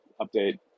update